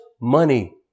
money